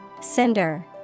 Cinder